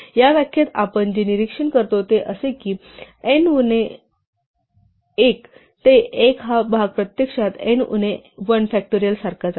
या व्याख्येत आपण जे निरीक्षण करतो ते असे की n उणे 1 ते 1 हा भाग प्रत्यक्षात n उणे 1 फॅक्टोरियल सारखाच आहे